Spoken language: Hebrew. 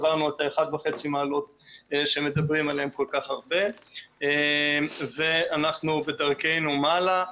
עברנו את ה-1.5 מעלות שמדברים עליהן כל כך הרבה ואנחנו בדרכנו מעלה.